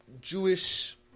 Jewish